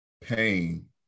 pain